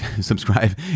subscribe